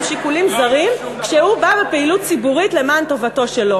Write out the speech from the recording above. שיקולים זרים כשהוא בא בפעילות ציבורית למען טובתו שלו.